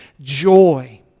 Joy